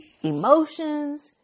emotions